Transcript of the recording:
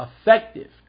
effective